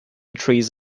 trees